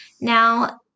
now